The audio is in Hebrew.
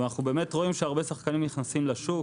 אנחנו רואים שהרבה שחקנים נכנסים לשוק,